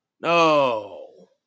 No